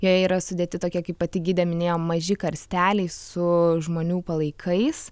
joje yra sudėti tokie kaip pati gidė minėjo maži karsteliai su žmonių palaikais